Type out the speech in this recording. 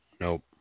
Nope